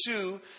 two